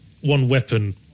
one-weapon